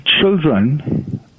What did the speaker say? children